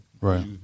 Right